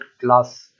class